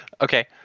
Okay